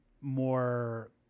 more